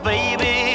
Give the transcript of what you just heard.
Baby